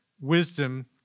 wisdom